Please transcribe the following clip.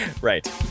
Right